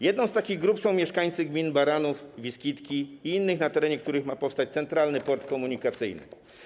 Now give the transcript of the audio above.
Jedną z takich grup są mieszkańcy gmin Baranów, Wiskitki i innych, na terenie których ma powstać Centralny Port Komunikacyjny.